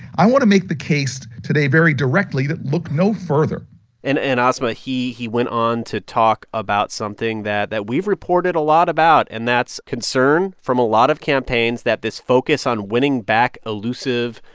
i want to make the case today very directly that look no further and and, asma, he he went on to talk about something that that we've reported a lot about. and that's a concern from a lot of campaigns that this focus on winning back elusive,